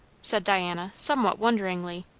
said diana somewhat wonderingly.